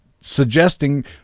suggesting